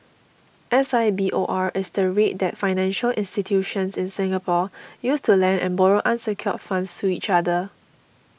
S I B O R is the rate that financial institutions in Singapore use to lend and borrow unsecured funds to each other